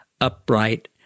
upright